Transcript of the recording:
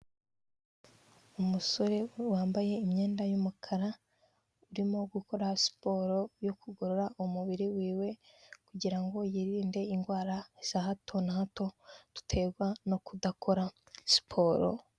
Umusore wambaye imyenda y'umukara urimo gukora siporo yo kugorora umubiri wiwe, kugirango yirinde indwara za hato na hato ziterwa no kudakora siporo.